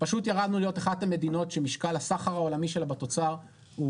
פשוט ירדנו להיות אחת המדינות שמשקל הסחר העולמי שלה בתוצר הוא